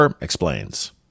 explains